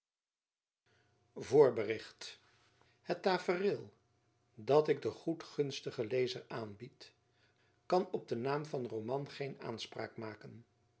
voorbericht het tafereel dat ik den goedgunstig en lezer aanbied kan op den naam van roman geen aanspraak maken